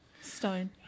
stone